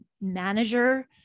manager